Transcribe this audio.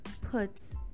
put